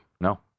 No